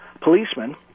policemen